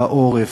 בעורף,